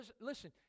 Listen